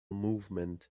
movement